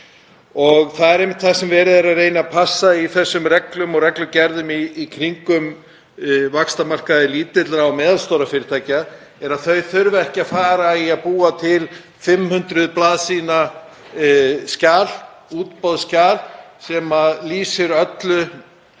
Það er einmitt það sem verið er að reyna að passa í þessum reglum og reglugerðum í kringum vaxtamarkaði lítilla og meðalstórra fyrirtækja, þ.e. að þau þurfi ekki að fara í að búa til 500 blaðsíðna skjal, útboðsskjal, sem lýsir öllu